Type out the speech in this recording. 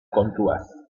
kontuaz